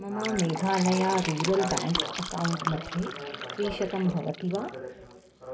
मम Meghalaya rural bank account मध्ये त्रिशतं भवति वा